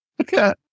Okay